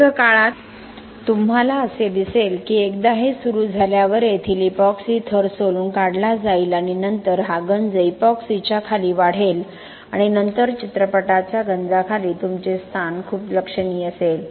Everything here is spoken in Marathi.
दीर्घकाळात तुम्हाला असे दिसेल की एकदा हे सुरू झाल्यावर येथील इपॉक्सी थर सोलून काढला जाईल आणि नंतर हा गंज इपॉक्सीच्या खाली वाढेल आणि नंतर चित्रपटाच्या गंजाखाली तुमचे स्थान खूप लक्षणीय असेल